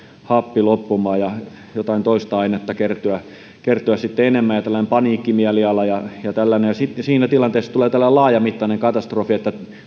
happi loppumaan ja jotain toista ainetta kertyä kertyä sitten enemmän ja tällainen paniikkimieliala ja ja tällainen siinä tilanteessa että tulee tällainen laajamittainen katastrofi